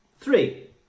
Three